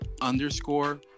underscore